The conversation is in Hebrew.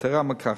יתירה מכך,